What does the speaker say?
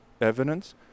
evidence